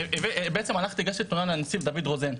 בעצם הלכתי הגשתי תלונה לנציב דוד רוזן,